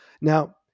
now